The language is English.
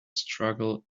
struggle